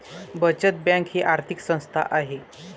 बचत बँक ही आर्थिक संस्था आहे